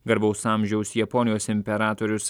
garbaus amžiaus japonijos imperatorius